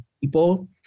people